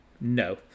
No